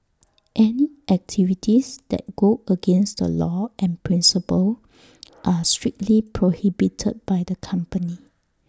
any activities that go against the law and principle are strictly prohibited by the company